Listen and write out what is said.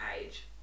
age